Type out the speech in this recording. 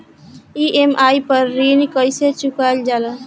EMI पर ऋण कईसे चुकाईल जाला?